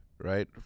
right